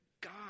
God